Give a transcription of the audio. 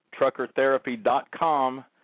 TruckerTherapy.com